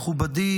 מכובדי